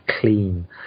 clean